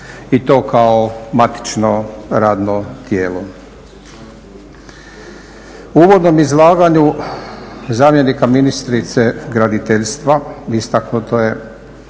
i to kao matično radno tijelo. U uvodnom izlaganju zamjenika ministrice graditeljstva istaknuto je